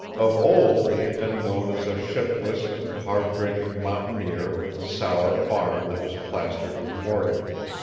of old he had been known as a shiftless and harddrinking mountaineer with a sour farm that was plastered with mortgages.